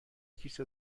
کیسه